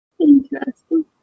Interesting